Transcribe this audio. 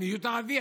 כי זה מיעוט ערבי,